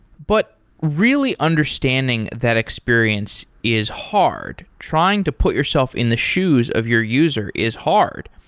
but really understanding that experience is hard. trying to put yourself in the shoes of your user is hard.